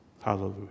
Hallelujah